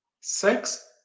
Sex